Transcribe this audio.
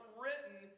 written